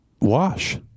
Wash